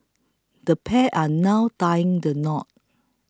the pair are now tying the knot